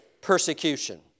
persecution